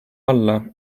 alla